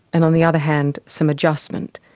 and on the other hand some adjustment.